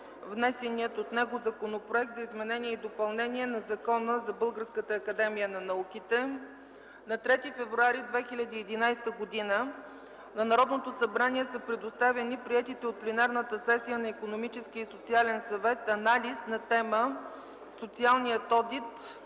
внесения от него Законопроект за изменение и допълнение на Закона за Българската академия на науките. На 3 февруари 2011 г. на Народното събрание са предоставени приетите от Пленарната сесия на Икономическия и социален съвет анализ на тема „Социалният одит